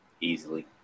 Easily